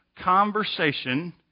conversation